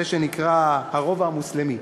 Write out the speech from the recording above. זה שנקרא הרובע המוסלמי,